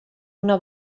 una